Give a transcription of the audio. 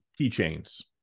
keychains